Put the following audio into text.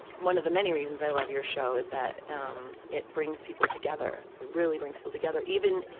one of the many reasons i love your show, is that um it brings people together. it really brings people together. even,